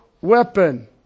weapon